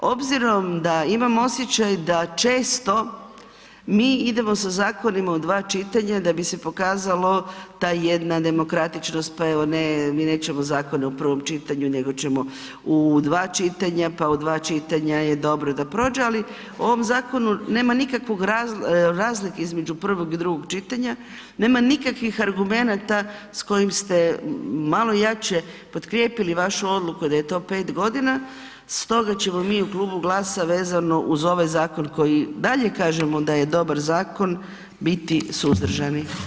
Obzirom da imam osjećaj da često mi idemo sa zakonima u dva čitanja da bi se pokazalo ta jedna demokratičnost, pa evo mi nećemo zakone u prvom čitanju nego ćemo u dva čitanja, pa u dva čitanja je dobro da prođe, ali u ovom zakonu nema nikakve razlike između prvog i drugog čitanja, nema nikakvih argumenata s kojim ste malo jače potkrijepili vašu odluku da je to 5 godina, stoga ćemo mi u Klubu GLAS-a vezano uz ovaj zakon koji i dalje kažemo da je dobar zakon biti suzdržani.